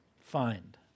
find